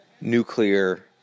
nuclear